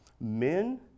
men